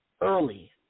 early